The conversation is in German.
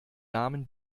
namen